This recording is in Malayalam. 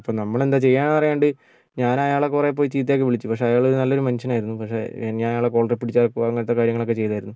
അപ്പം നമ്മളെന്താ ചെയ്യുക എന്ന് അറിയാതെ ഞാനയാളെ കുറെ പോയി ചീത്തയൊക്കെ വിളിച്ചു പക്ഷേ അയാള് നല്ലൊരു മനുഷ്യനായിരുന്നു പക്ഷേ ഞാനയാളുടെ കോള്ളറിൽ പിടിച്ച് അങ്ങനത്തെ കാര്യങ്ങളൊക്കെ ചെയ്തായിരുന്നു